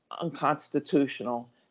unconstitutional